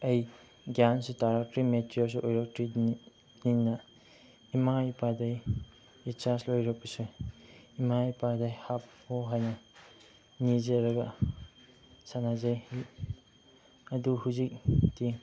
ꯑꯩ ꯒ꯭ꯌꯥꯟꯁꯨ ꯇꯥꯔꯛꯇ꯭ꯔꯦ ꯃꯦꯆ꯭ꯌꯣꯔꯁꯨ ꯑꯣꯏꯔꯛꯇ꯭ꯔꯤꯉꯩꯒꯤ ꯑꯩꯅ ꯏꯃꯥ ꯏꯄꯥꯗꯒꯤ ꯔꯤꯆꯥꯔꯖ ꯂꯣꯏꯔꯛꯄꯁꯦ ꯏꯃꯥ ꯏꯄꯥꯗ ꯍꯥꯞꯄꯣ ꯍꯥꯏꯅ ꯅꯤꯖꯔꯒ ꯁꯥꯟꯅꯖꯩ ꯑꯗꯨ ꯍꯧꯖꯤꯛꯇꯤ